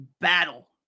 battle